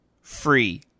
free